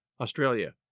Australia